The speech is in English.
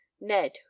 Ned